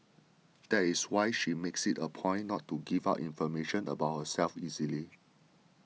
that is why she makes it a point not to give out information about herself easily